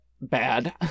bad